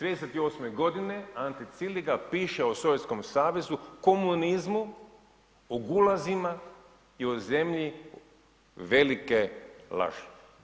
38. godine Ante Ciliga piše o SS-u, komunizmu, o gulazima i o zemlji velike laži.